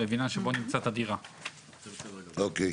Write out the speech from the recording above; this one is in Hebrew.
אוקיי.